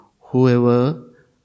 whoever